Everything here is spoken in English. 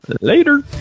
later